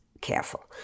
careful